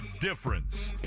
difference